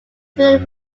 through